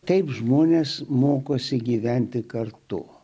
kaip žmonės mokosi gyventi kartu